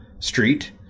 street